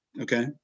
Okay